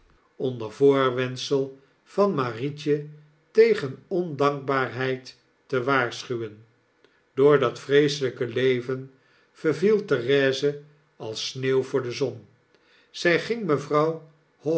onder voorwendsel van marietje tegen ondankbaarheid te waarschuwen door dat vreeselijke leven verviel therese als sneeuw voor de zon zy ging mevrouw